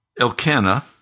Elkanah